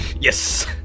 Yes